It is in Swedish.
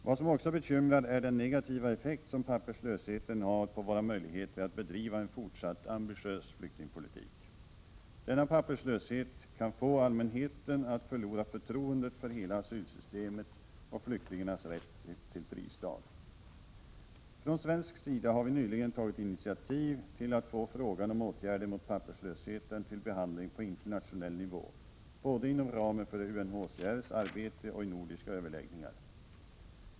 Vad som också bekymrar är den negativa effekt som papperslösheten har på våra möjligheter att bedriva en fortsatt ambitiös flyktingpolitik. Denna papperslöshet kan få allmänheten att förlora förtroendet för hela asylsystemet och flyktingarnas rätt till fristad. Från svensk sida har vi nyligen tagit initiativ till att få frågan om åtgärder mot papperslösheten till behandling på internationell nivå, både inom ramen för UNHCR:s arbete och i nordiska överläggningar.